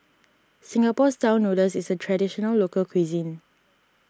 Singapore Style Noodles is a Traditional Local Cuisine